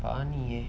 funny eh